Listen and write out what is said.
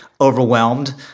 overwhelmed